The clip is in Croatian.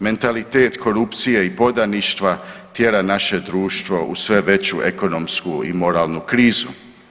Mentalitet korupcije i podaništva tjera naše društvo u sve veću ekonomsku i moralnu krizu.